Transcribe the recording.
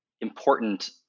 important